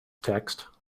text